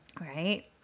Right